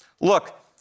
Look